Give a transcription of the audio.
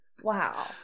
wow